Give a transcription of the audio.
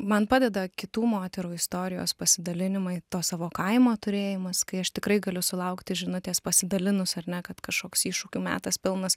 man padeda kitų moterų istorijos pasidalinimai to savo kaimo turėjimas kai aš tikrai galiu sulaukti žinutės pasidalinus ar ne kad kažkoks iššūkių metas pilnas